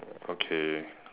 oh okay